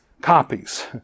copies